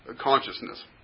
consciousness